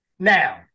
Now